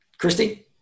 Christy